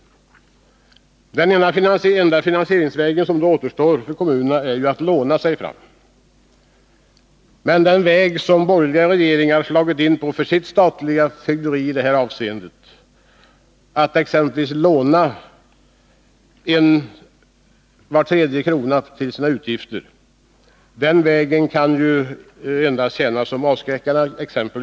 Den enda finansieringsväg som då återstår för kommunerna är ju att låna sig fram. Men den väg som borgerliga regeringar slagit in på för sitt statliga fögderi, att låna var tredje krona för sina utgifter, kan endast tjäna som avskräckande exempel.